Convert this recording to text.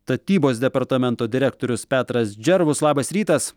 tatybos departamento direktorius petras džervus labas rytas